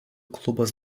klubas